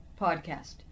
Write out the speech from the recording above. podcast